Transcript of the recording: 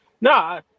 No